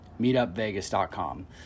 meetupvegas.com